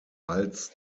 als